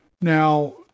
Now